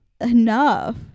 Enough